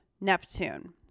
neptune